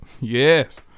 yes